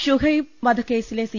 ഷുഹൈബ് വധക്കേസിലെ സി